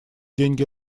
деньги